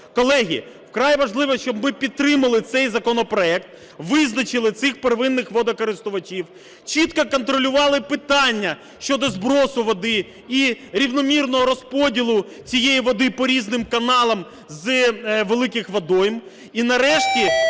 Колеги, вкрай важливо, щоб ми підтримали цей законопроект, визначили цих первинних водокористувачів, чітко контролювали питання щодо сбросу води і рівномірного розподілу цієї води по різним каналам з великих водойм. І нарешті